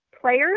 players